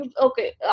okay